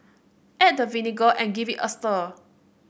add the vinegar and give it a stir